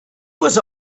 was